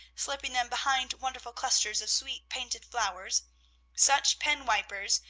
slipping them behind wonderful clusters of sweet painted flowers such pen-wipers,